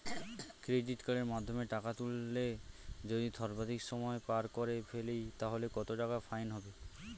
Credit কার্ডের মাধ্যমে টাকা তুললে যদি সর্বাধিক সময় পার করে ফেলি তাহলে কত টাকা ফাইন হবে?